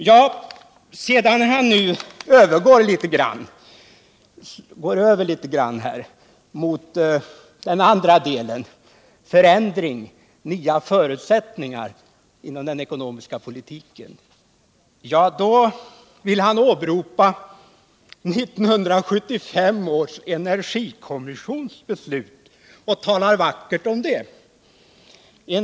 När sedan Per Unckel övergår till att tala om förändringar och nya förutsättningar inom energipolitiken, vill han åberopa 1975 års energikommissions beslut och talar vackert om det.